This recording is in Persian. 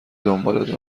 دنباله